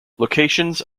locations